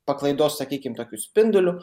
paklaidos sakykim tokiu spinduliu